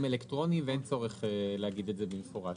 אלקטרוניים ואין צורך להגיד את זה במפורש.